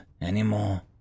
anymore